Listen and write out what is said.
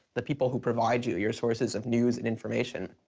the people who provides you, your sources of news and information.